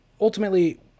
ultimately